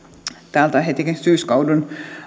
heti syyskauden